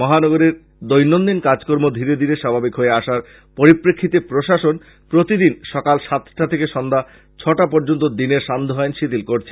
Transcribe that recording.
মাহনগরের দৈনন্দিন কাজ কর্ম ধীরে ধীরে স্বাভাবিক হয়ে আসার পরিপ্রেক্ষিতে প্রশাসন প্রতিদিন সকাল সাতটা থেকে সন্ধ্যা ছটা পর্য্যন্ত দিনের সান্ধ্য আইন শিথিল করছে